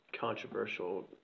controversial